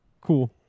Cool